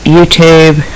YouTube